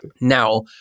Now